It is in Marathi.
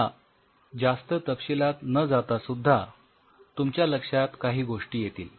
आता जास्त तपशिलात न जाता सुद्धा तुमच्या लक्षात काही गोष्टी येतील